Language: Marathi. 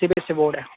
C B S C board आहे